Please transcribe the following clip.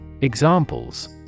Examples